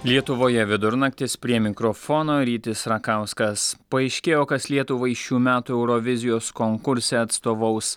lietuvoje vidurnaktis prie mikrofono rytis rakauskas paaiškėjo kas lietuvai šių metų eurovizijos konkurse atstovaus